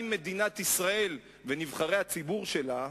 האם מדינת ישראל ונבחרי הציבור שלה,